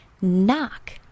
Knock